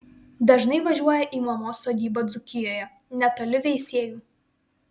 dažnai važiuoja į mamos sodybą dzūkijoje netoli veisiejų